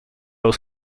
was